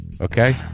okay